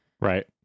Right